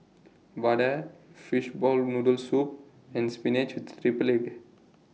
Vadai Fishball Noodle Soup and Spinach with Triple Egg